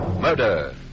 murder